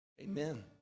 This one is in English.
Amen